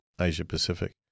Asia-Pacific